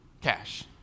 cash